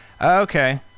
Okay